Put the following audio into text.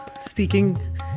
speaking